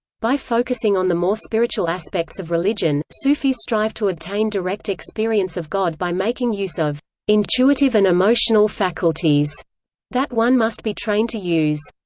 by focusing on the more spiritual aspects of religion, sufis strive to obtain direct experience of god by making use of intuitive and emotional faculties that one must be trained to use.